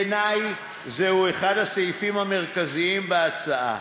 בעיני זהו אחד הסעיפים המרכזיים בהצעה.